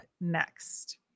next